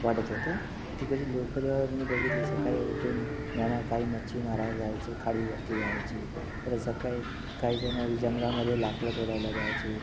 वाटत होतं तिकडची लोकं जेव्हा मी बघितली सकाळी उठून जाणार काही मच्छी मारायला जायचे खाडीवरती जायचे तर सकाळी काही जणं जंगलामधे लाकडं तोडायला जायचे